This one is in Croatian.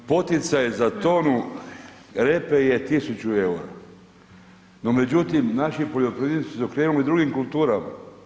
Poticaj za tonu repe je 1.000 EUR-a, no međutim naši poljoprivrednici su se okrenuli drugim kulturama.